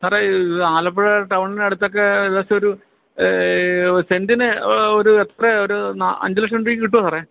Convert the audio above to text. സാറെ ഇത് ആലപ്പുഴ ടൗണിന് അടുത്തൊക്കെ ഏകദേശമൊരു സെൻ്റിന് ഒരു എത്ര ഒരു അഞ്ച് ലക്ഷം രൂപയ്ക്ക് കിട്ടുമോ സാറെ